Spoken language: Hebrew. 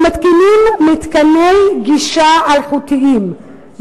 הם מתקינים מתקני גישה אלחוטיים,